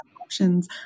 options